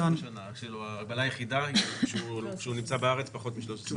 ההגבלה היחידה שהוא נמצא בארץ פחות מ-13 שנים.